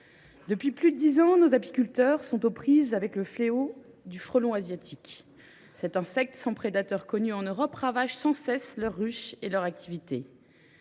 depuis plus de dix ans, nos apiculteurs sont aux prises avec le fléau du frelon asiatique. Cet insecte, sans prédateur connu en Europe, ravage sans cesse leurs ruches et leur activité.